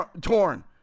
torn